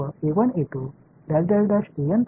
எனவே அது லிருந்து வரை இருக்கும்